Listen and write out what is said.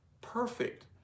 perfect